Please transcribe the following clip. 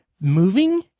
moving